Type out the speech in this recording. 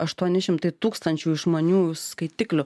aštuoni šimtai tūkstančių išmaniųjų skaitiklių